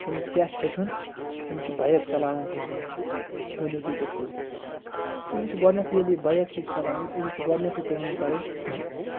أمِس کیٛاہ چھِ ہیٚچھُن أمِس چھِ بایک چلاوٕنۍ ہیٚچھِنۍ ؤنِو تُہۍ کِتھ پٲٹھۍ أمِس چھُ گۄڈٕنٮ۪تھٕے ییٚلہِ یہِ بایک ہیٚچھِ چلاوٕنۍ أمِس چھِ گۄڈٕنٮ۪تھٕے کٲم کَرٕنۍ